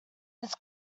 this